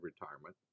retirement